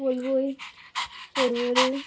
वळवय परवरी